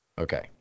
Okay